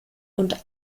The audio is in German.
und